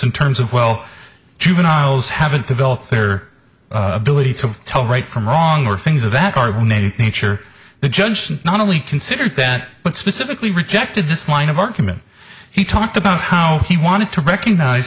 in terms of well juveniles haven't developed for ability to tell right from wrong or things of that are nature the judge not only considered that but specifically rejected this line of argument he talked about how he wanted to recognize